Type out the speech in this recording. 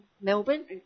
Melbourne